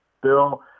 Bill